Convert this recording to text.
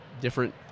different